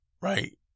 right